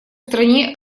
стране